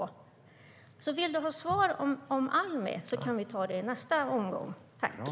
Vill ministern ha svar om Almi kan vi ta det i nästa omgång.